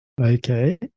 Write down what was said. Okay